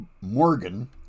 Morgan